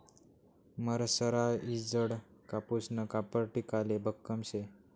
मरसराईजडं कापूसनं कापड टिकाले भक्कम शे